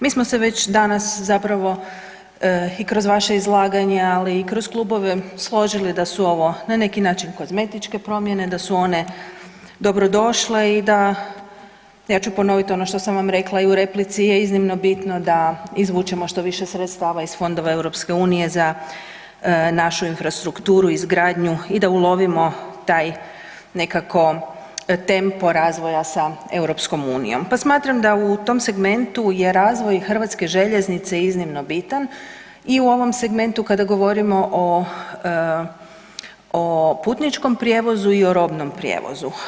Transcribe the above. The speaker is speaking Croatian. Mi smo se već danas zapravo i kroz vaša izlaganja ali i kroz klubove složili da su ovo na neki način kozmetičke promjene, da su one dobrodošle i da ja ću ponoviti ono što sam rekla i u replici je iznimno bitno da izvučemo što više sredstava iz fondova EU-a za našu infrastrukturu, izgradnju i da ulovimo taj nekako tempo razvoja sa EU-om pa smatram da u tom segmentu je razvoj HŽ-a iznimno bitan i u ovom segmentu kada govorimo o putničkom prijevozu i o robnom prijevozu.